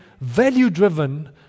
value-driven